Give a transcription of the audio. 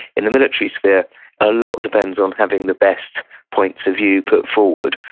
in the military sphere a lot depends on having the best points of view put forward,